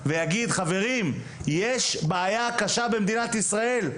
ויגיד: "חברים, יש בעיה קשה במדינת ישראל.